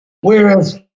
Whereas